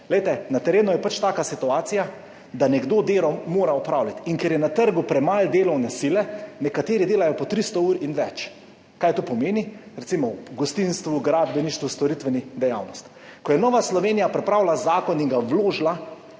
Na terenu je pač taka situacija, da nekdo delo mora opravljati in ker je na trgu premalo delovne sile, nekateri delajo po 300 ur in več. Kaj to pomeni recimo v gostinstvu, gradbeništvu, storitveni dejavnosti? Ko je Nova Slovenija pripravila zakon in ga vložila,